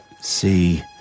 See